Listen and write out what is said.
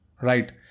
right